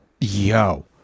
yo